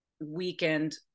weekend